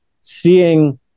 seeing